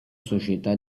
società